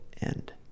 end